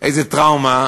איזו טראומה